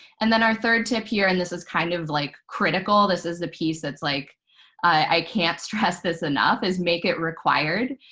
and then our third tip here and this is kind of like critical. this is the piece that's like i can't stress this enough is make it required.